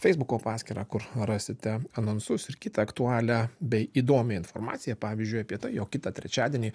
feisbuko paskyrą kur rasite anonsus ir kitą aktualią bei įdomią informaciją pavyzdžiui apie tai jog kitą trečiadienį